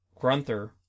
Grunther